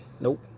Nope